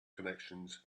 connections